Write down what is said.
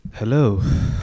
Hello